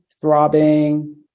throbbing